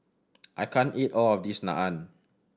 I can't eat all of this Naan